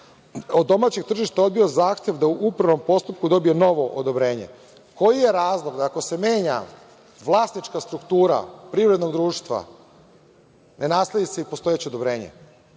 od domaćeg tržišta odbio zahtev da u upravnom postupku dobije novo odobrenje. Koji je razlog, ako se menja vlasnička struktura privrednog društva, ne nasledi se postojeće odobrenje,